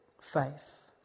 faith